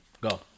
Go